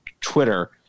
Twitter